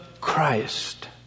Christ